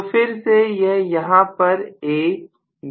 तो फिर से यह यहां पर AB और C है